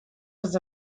was